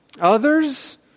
others